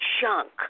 junk